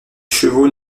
chevaux